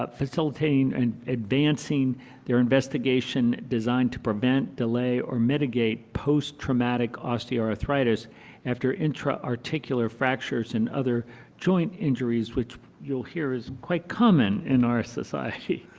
ah and advancing their investigation designed to prevent, delay, or mitigate posttraumatic osteoarthritis after intra-articular fractures and other joint injuries which you will hear is quite common in our society.